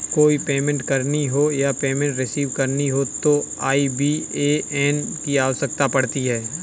कोई पेमेंट करनी हो या पेमेंट रिसीव करनी हो तो आई.बी.ए.एन की आवश्यकता पड़ती है